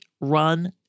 run